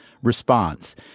Response